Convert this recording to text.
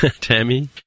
Tammy